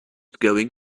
going